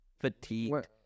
fatigued